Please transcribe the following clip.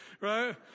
Right